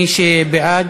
מי שבעד,